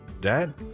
Dad